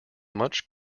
much